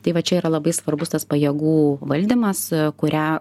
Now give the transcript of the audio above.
tai va čia yra labai svarbus tas pajėgų valdymas kurią